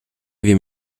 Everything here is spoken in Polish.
wiem